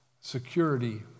security